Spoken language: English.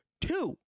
two